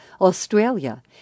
Australia